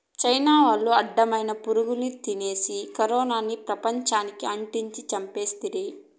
China వాళ్లు అడ్డమైన పురుగుల్ని తినేసి కరోనాని పెపంచానికి అంటించి చంపేస్తిరి